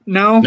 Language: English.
no